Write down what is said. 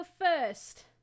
first